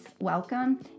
welcome